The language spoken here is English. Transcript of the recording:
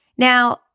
Now